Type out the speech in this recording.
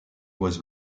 was